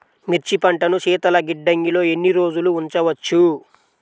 మిర్చి పంటను శీతల గిడ్డంగిలో ఎన్ని రోజులు ఉంచవచ్చు?